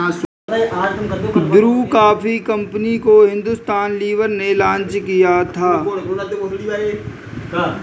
Bru coffee company को Hindustan Lever ने launch किया था